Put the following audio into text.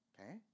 Okay